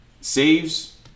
Saves